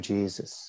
Jesus